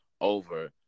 over